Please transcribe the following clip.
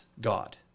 God